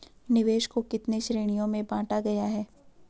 निवेश को कितने श्रेणियों में बांटा गया है?